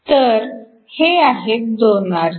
तर हे आहेत दोन आरसे